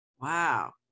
Wow